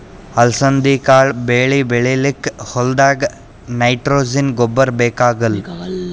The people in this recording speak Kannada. ಅಲಸಂದಿ ಕಾಳ್ ಬೆಳಿ ಬೆಳಿಲಿಕ್ಕ್ ಹೋಲ್ದಾಗ್ ನೈಟ್ರೋಜೆನ್ ಗೊಬ್ಬರ್ ಬೇಕಾಗಲ್